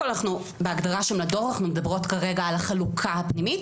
בהגדרה של מדור אנחנו מדברות כרגע על החלוקה הפנימית